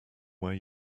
way